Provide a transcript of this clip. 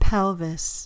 Pelvis